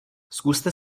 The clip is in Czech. zkuste